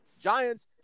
Giants